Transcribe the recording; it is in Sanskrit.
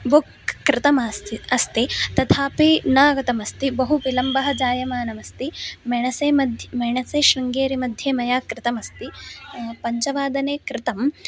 बुक् कृतम् अस्ति अस्ति तथापि न आगतमस्ति बहु विलम्बः जायमानम् अस्ति मेणसेमध्ये मेणसे शृङ्गेरिमध्ये मया कृतमस्ति पञ्चवादने कृतम्